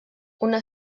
una